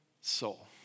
soul